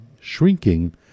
shrinking